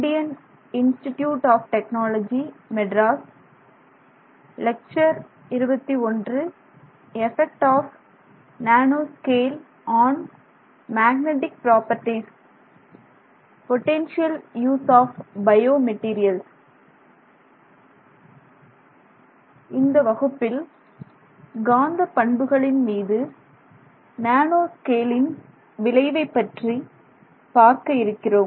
இந்த வகுப்பில் காந்தப் பண்புகளின் மீது நேனோ ஸ்கேலின் விளைவைப் பற்றி பார்க்க இருக்கிறோம்